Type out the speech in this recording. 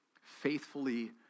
faithfully